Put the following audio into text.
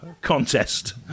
contest